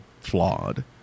flawed